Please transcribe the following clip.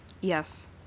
Yes